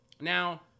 Now